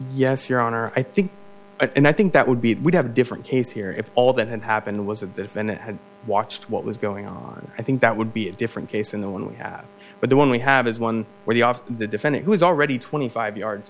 yes your honor i think and i think that would be it would have a different case here if all that had happened was a defendant had watched what was going on i think that would be a different case in the one we have but the one we have is one where the off the defendant who is already twenty five yards